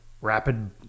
rapid